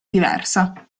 diversa